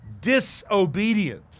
Disobedient